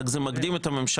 רק זה מקדים את הממשלה.